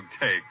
take